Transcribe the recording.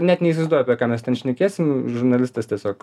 net neįsivaizduoju apie ką mes ten šnekėsim žurnalistas tiesiog